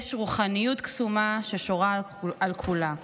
יש רוחניות קסומה ששורה על כולה.